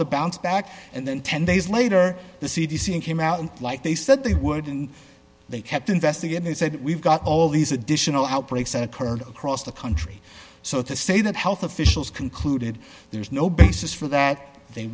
the bounce back and then ten days later the c d c and came out and like they said they would and they kept investigating they said we've got all these additional outbreaks occurred across the country so to say that health officials concluded there is no basis for that they